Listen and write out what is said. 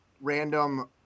random